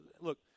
Look